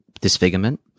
disfigurement